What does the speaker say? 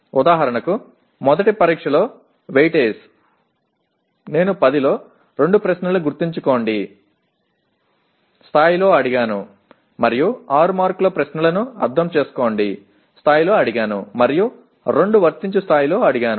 ఉదాహరణకు మొదటి పరీక్ష లో వెయిటేజ్ నేను 10 లో 2 ప్రశ్నలను గుర్తుంచుకోండి స్థాయిలో అడిగాను మరియు 6 మార్కుల ప్రశ్నలను అర్థం చేసుకోండి స్థాయిలో అడిగాను మరియు 2 వర్తించు స్థాయిలో అడిగాను